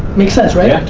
makes sense right?